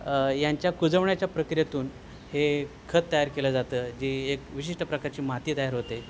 यांच्या कुजवण्याच्या प्रक्रियेतून हे खत तयार केलं जातं जी एक विशिष्ट प्रकारची माती तयार होते